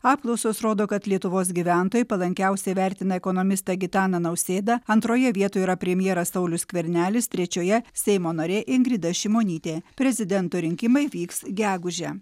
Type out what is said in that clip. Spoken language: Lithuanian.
apklausos rodo kad lietuvos gyventojai palankiausiai vertina ekonomistą gitaną nausėdą antroje vietoje yra premjeras saulius skvernelis trečioje seimo narė ingrida šimonytė prezidento rinkimai vyks gegužę